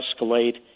escalate